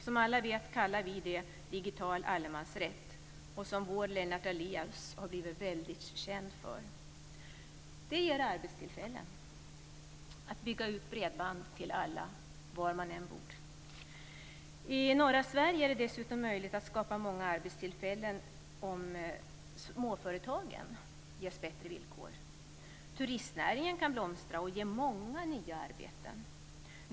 Som alla vet kallar vi det digital allemansrätt, något som vår Lennart Daléus har blivit väldigt känd för. Det ger arbetstillfällen att bygga ut bredband till alla var man än bor. I norra Sverige är det dessutom möjligt att skapa många arbetstillfällen om småföretagen ges bättre villkor. Turistnäringen kan blomstra och ge många nya arbeten.